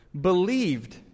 believed